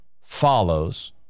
follows